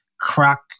crack